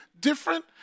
different